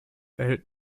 erhält